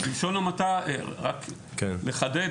אני רוצה לחדד,